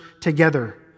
together